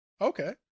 okay